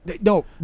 No